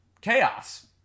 chaos